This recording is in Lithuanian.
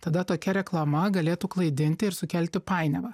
tada tokia reklama galėtų klaidinti ir sukelti painiavą